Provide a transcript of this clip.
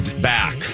back